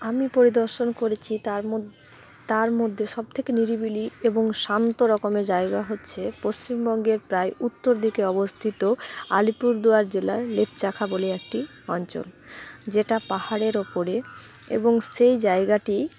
আমি পরিদর্শন করেছি তার ম তার মধ্যে সবথেকে নিরিবিলি এবং শান্ত রকমের জায়গা হচ্ছে পশ্চিমবঙ্গের প্রায় উত্তর দিকে অবস্থিত আলিপুরদুয়ার জেলার লেপচাখা বলে একটি অঞ্চল যেটা পাহাড়ের ওপরে এবং সেই জায়গাটি